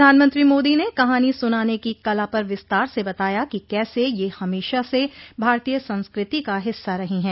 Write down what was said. प्रधानमंत्री मोदी ने कहानी सुनान की कला पर विस्तार से बताया कि कैसे यह हमेशा से भारतीय संस्कृति का हिस्सा रही है